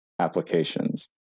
applications